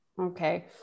okay